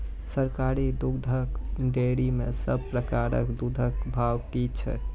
सरकारी दुग्धक डेयरी मे सब प्रकारक दूधक भाव की छै?